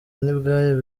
ntibwari